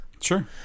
Sure